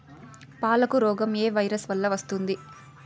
పాలకు రోగం ఏ వైరస్ వల్ల వస్తుంది?